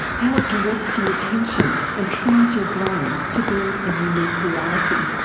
how it directs your attention and trains your brain to build a unique reality?